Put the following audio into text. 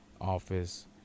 office